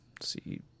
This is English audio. See